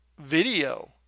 video